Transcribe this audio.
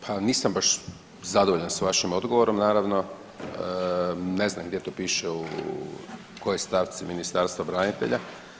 Pa nisam baš zadovoljan s vašim odgovorom naravno, ne znam gdje to piše u kojoj stavci Ministarstva branitelja.